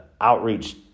outreach